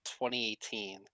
2018